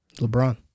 LeBron